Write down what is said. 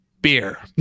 Beer